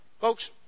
Folks